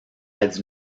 heads